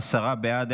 להצבעה.